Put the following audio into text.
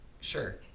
Sure